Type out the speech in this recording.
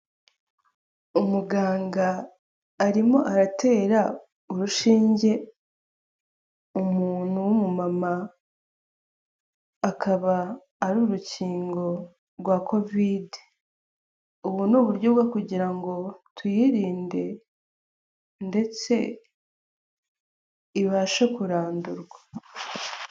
Umuganga arimo aratera urushinge umuntu w'umumama, akaba ari urukingo rwa Kovide. Ubu ni uburyo bwo kugira ngo tuyirinde ndetse ibashe kurandurwa.